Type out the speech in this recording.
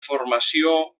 formació